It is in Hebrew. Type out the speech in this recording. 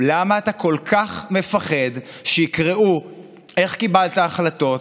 למה אתה כל כך מפחד שיקראו איך קיבלת החלטות,